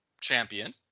champion